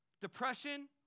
depression